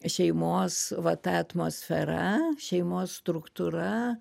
šeimos va ta atmosfera šeimos struktūra